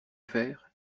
faire